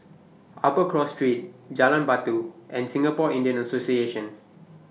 Upper Cross Street Jalan Batu and Singapore Indian Association